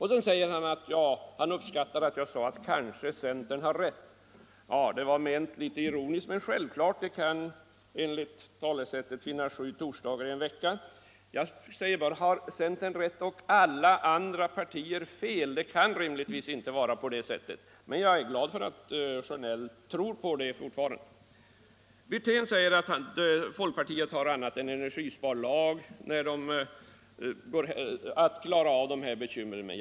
Herr Sjönell uppskattade att jag sade: Kanske centern har rätt. Det var litet ironiskt menat. Det är självklart att det kan vara så, lika väl som det enligt talesättet kan finnas sju torsdagar i en vecka. Jag frågar bara: Har centern rätt och alla andra partier fel? Det kan rimligtvis inte vara på det sättet — men det gläder mig att herr Sjönell fortfarande tror på det. Herr Wirtén säger att folkpartiet har annat än en energisparlag att klara av dessa bekymmer med.